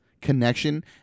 Connection